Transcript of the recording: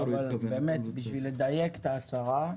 בשביל לדייק את ההצהרה,